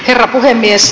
herra puhemies